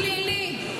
פלילי.